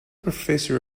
professor